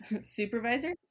Supervisor